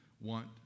want